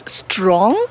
strong